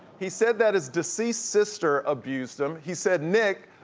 he said that his deceased sister abused him. he said nick,